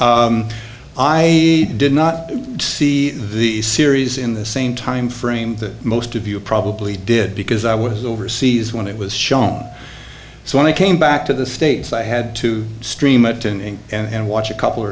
i did not see the series in the same time frame that most of you probably did because i was overseas when it was shown so when i came back to the states i had to stream a tin and watch a couple